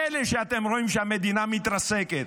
מילא שאתם רואים שהמדינה מתרסקת,